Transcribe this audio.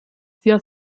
sia